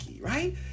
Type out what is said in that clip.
right